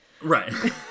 right